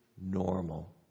normal